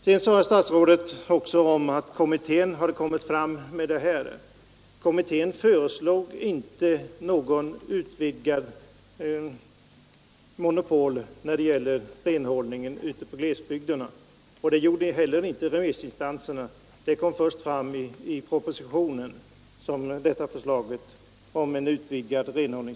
Vidare sade statsrådet att kommittén ”Ett renare samhälle” har föreslagit att den nya lagen skulle gälla all bebyggelse, men kommittén har inte föreslagit något utvidgat monopol när det gäller renhållningen ute i glesbygderna. Det gjorde inte remissinstanserna heller. Förslaget om ett utvidgat sådant monopol framkom först i propositionen.